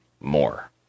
more